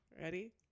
Ready